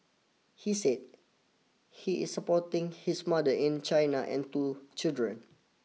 he said he is supporting his mother in China and two children